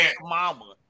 mama